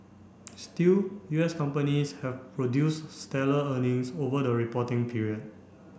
still U S companies have produce stellar earnings over the reporting period